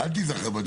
לא, אל תיזכר בדיון.